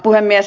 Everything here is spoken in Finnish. puhemies